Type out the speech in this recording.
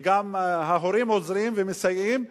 וגם ההורים עוזרים ומסייעים,